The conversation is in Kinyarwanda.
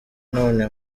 none